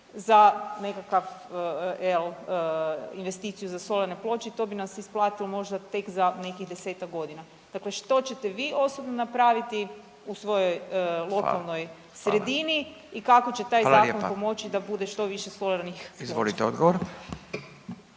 razumije/… investiciju za solarne ploče i to bi nam se isplatilo možda tek za nekih 10-tak godina. Dakle, što ćete vi osobno napraviti u svojoj lokalnoj sredini i kako će taj zakon pomoći da bude što više solarnih ploča? **Radin, Furio